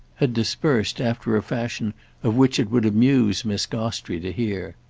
had dispersed after a fashion of which it would amuse miss gostrey to hear.